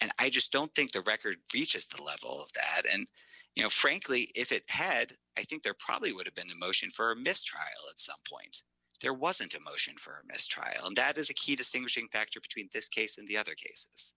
and i just don't think the record reaches the level of that and you know frankly if it had i think there probably would have been a motion for mistrial at some point if there wasn't a motion for mistrial and that is a key distinguishing factor between this case and the other case